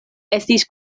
estis